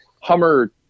Hummer